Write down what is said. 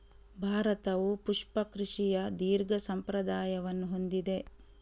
ಭಾರತವು ಪುಷ್ಪ ಕೃಷಿಯ ದೀರ್ಘ ಸಂಪ್ರದಾಯವನ್ನು ಹೊಂದಿದೆ